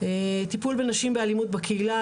טיפול בנשים עם אלימות בקהילה,